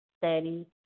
steady